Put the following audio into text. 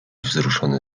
wzruszony